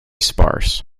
sparse